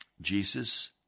Jesus